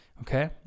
okay